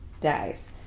dies